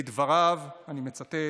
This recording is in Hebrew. לדבריו, אני מצטט: